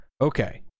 Okay